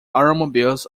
automobiles